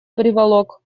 приволок